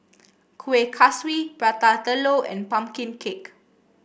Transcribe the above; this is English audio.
Kuih Kaswi Prata Telur and pumpkin cake